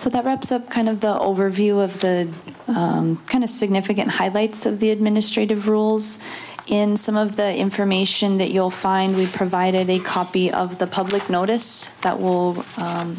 so that wraps up kind of the overview of the kind of significant highlights of the administrative rules in some of the information that you'll find we've provided a copy of the public notice that will